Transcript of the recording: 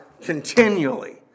continually